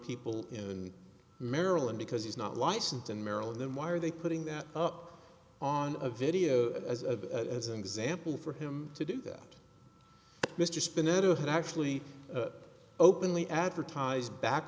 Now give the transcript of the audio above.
people in maryland because he's not licensed in maryland then why are they putting that up on a video a as an example for him to do that mr spinet or have actually openly advertised back